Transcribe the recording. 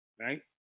right